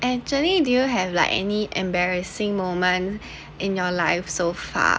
actually do you have like any embarrassing moment in your life so far